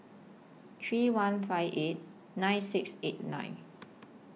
three one five eight nine six eight nine